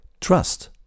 Trust